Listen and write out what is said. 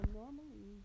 normally